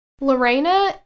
Lorena